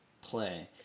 play